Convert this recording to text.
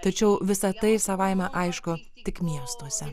tačiau visa tai savaime aišku tik miestuose